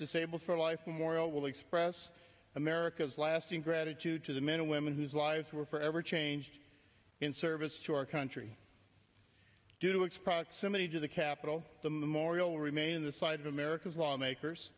disabled for life memorial will express america's lasting gratitude to the men and women whose lives were forever changed in service to our country due to its proximity to the capital the memorial will remain on the side of america's lawmakers